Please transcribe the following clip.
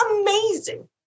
amazing